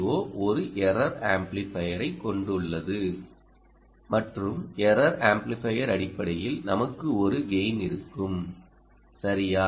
ஓ ஒரு எர்ரர் ஆம்ப்ளிஃபையரைக் கொண்டுள்ளது மற்றும் எர்ரர் ஆம்ப்ளிஃபையர் அடிப்படையில் நமக்கு ஒரு கெய்ன் இருக்கும்சரியா